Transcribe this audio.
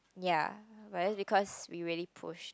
ya but that's because we really pushed